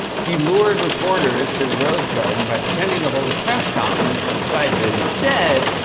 he lured reporters to the rose garden by pretending to hold a press conference, but decided, instead,